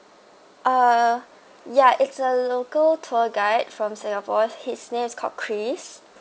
uh yeah it's a local tour guide from singapore his name is called chris